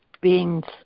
beings